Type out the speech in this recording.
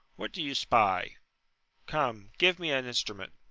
what do you spy come, give me an instrument.